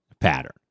pattern